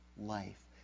life